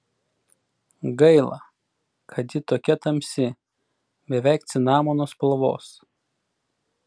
gaila kad ji tokia tamsi beveik cinamono spalvos